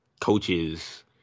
coaches